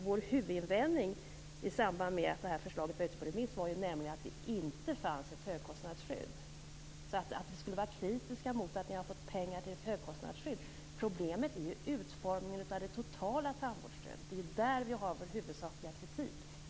Vår huvudinvändning mot förslaget, i samband med att det var ute på remiss, var nämligen att det inte innehöll ett högkostnadsskydd. Vi är alltså inte kritiska mot att ni har fått pengar till ett högkostnadsskydd. Problemet är ju utformningen av det totala tandvårdsstödet, och det är mot det som vi riktar vår huvudsakliga kritik.